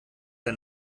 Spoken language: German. der